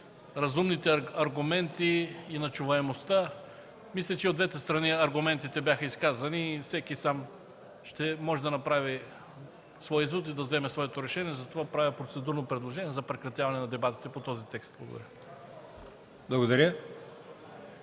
разумните аргументи и на чуваемостта. Мисля, че и от двете страни аргументите бяха изказани и всеки сам ще може да направи своя извод и да вземе своето решение, затова правя процедурно предложение за прекратяване на дебатите по този текст. Благодаря.